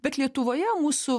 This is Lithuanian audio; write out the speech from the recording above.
bet lietuvoje mūsų